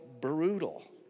brutal